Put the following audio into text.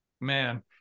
Man